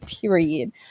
Period